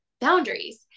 boundaries